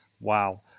Wow